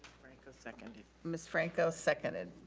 franco seconded. ms. franco seconded.